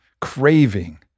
craving